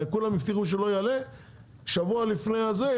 כולם הבטיחו שלא יעלה שבוע לפני הזה,